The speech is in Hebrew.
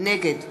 נגד